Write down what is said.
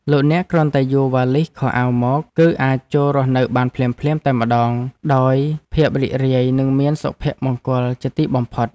លោកអ្នកគ្រាន់តែយួរវ៉ាលីសខោអាវមក គឺអាចចូលរស់នៅបានភ្លាមៗតែម្តងដោយភាពរីករាយនិងមានសុភមង្គលជាទីបំផុត។